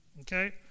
Okay